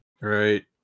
Right